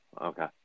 Okay